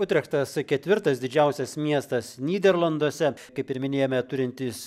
utrechtas ketvirtas didžiausias miestas nyderlanduose kaip ir minėjome turintis